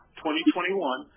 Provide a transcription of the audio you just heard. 2021